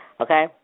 Okay